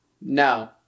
No